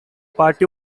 party